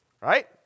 right